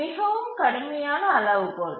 மிகவும் கடுமையான அளவுகோல்